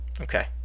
Okay